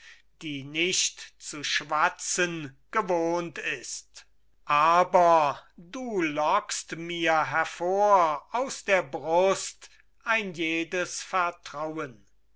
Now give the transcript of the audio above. die nicht zu schwatzen gewohnt ist aber du lockst mir hervor aus der brust ein jedes vertrauen